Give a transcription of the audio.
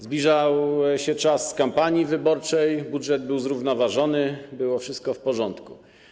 Zbliżał się czas kampanii wyborczej - budżet był zrównoważony, było wszystko w porządku.